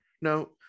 no